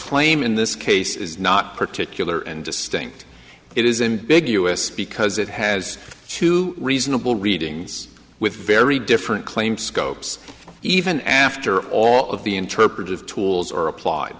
claim in this case is not particular and distinct it is in big u s because it has two reasonable readings with very different claims scopes even after all of the interpretive tools are applied